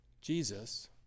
Jesus